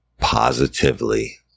positively